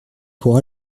pour